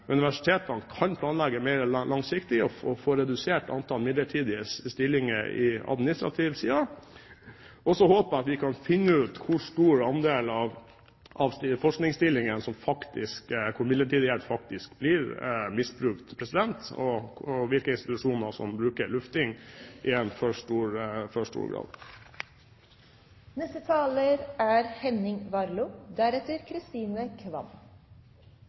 universitetene kan planlegge mer langsiktig og få redusert antall midlertidige stillinger på administrativ side. Så håper jeg at vi kan finne ut hvor stor andel av forskningsstillingene som faktisk misbruker midlertidighet, og hvilke institusjoner som bruker lufting i for stor grad. La meg først si til sistnevnte taler